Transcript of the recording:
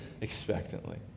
expectantly